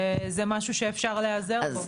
זה משהו שאפשר להיעזר בו.